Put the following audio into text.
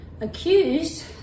accused